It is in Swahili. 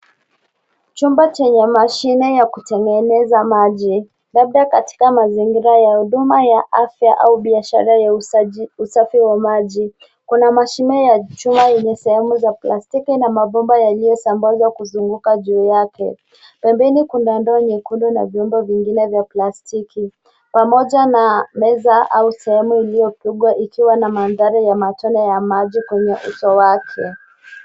Chumba chenye mashine ya kutengeneza maji labda katika mazingira ya huduma ya afya au biashara ya usafi wa maji. Kuna mashine ya chuma ime sehemu za plastiki na maboma yaliyosambazwa kuzunguka juu yake. Pembeni kuna ndoa nyekundu na vyombo vingine vya plastiki pamoja na meza au sehemu iliyopigwa ikiwa na mandhari ya matone ya maji kwenye uso wake.